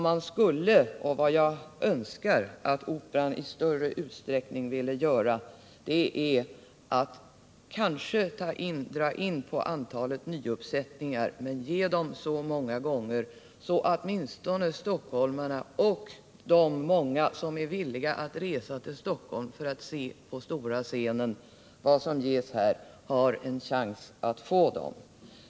Men det är önskvärt att Operan i större utsträckning än vad som nu är fallet överväger att dra in på antalet nyuppsättningar och i stället framför dem så många gånger att åtminstone stockholmarna och de många människor som är villiga att resa till Stockholm för att se en operaföreställning får en chans att se vad som ges på stora scenen.